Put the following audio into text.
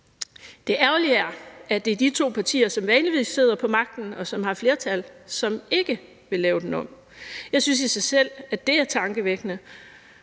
Det ærgerlige er, at det er de to partier, som vanligvis sidder på magten og har flertal, der ikke vil lave den om. Jeg synes, at det i sig selv er tankevækkende,